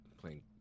playing